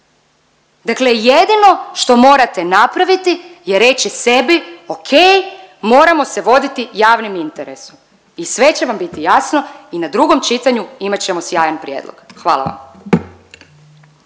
Dakle jedino što morate napraviti je reći sebi okej, moramo se voditi javnim interesom i sve će vam biti jasno i na drugom čitanju imat ćemo sjajan prijedlog, hvala vam.